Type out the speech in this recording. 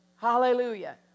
Hallelujah